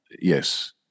Yes